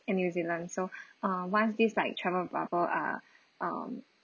and new zealand so uh once this like travel bubble um